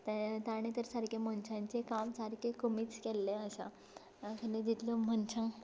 ताणें तर सारकें मनशांचें काम सारकें कमीच केल्लें आसा जितले मनशां